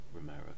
Romero